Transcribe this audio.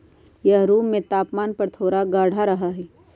यह रूम के तापमान पर थोड़ा गाढ़ा रहा हई